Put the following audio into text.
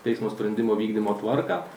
teismo sprendimo vykdymo tvarką